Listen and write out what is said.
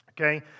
Okay